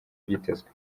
byitezwe